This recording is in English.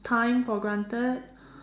time for granted